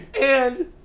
And-